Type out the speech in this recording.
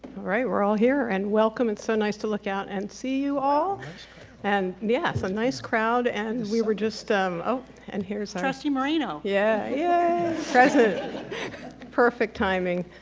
right we're all here and welcome it's so nice to look out and see you all and yes a nice crowd. and we were just um oh and here's trustee moreno yeah yeah present perfect timing.